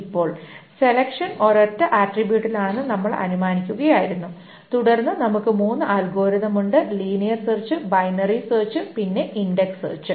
ഇപ്പോൾ സെലെക്ഷൻ ഒരൊറ്റ ആട്രിബ്യൂട്ടിലാണെന്ന് നമ്മൾ അനുമാനിക്കുകയായിരുന്നു തുടർന്ന് നമുക്ക് മൂന്ന് അൽഗോരിതം ഉണ്ട് ലീനിയർ സെർച്ച് ബൈനറി സെർച്ച് പിന്നെ ഇൻഡക്സ് സെർച്ച്